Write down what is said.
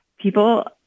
People